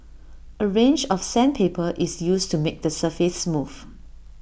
A range of sandpaper is used to make the surface smooth